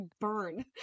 burn